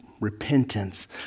repentance